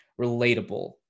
relatable